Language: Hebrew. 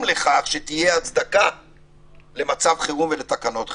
לכך שתהיה הצדקה למצב חירום ולתקנות חירום.